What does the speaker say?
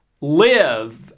live